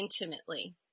intimately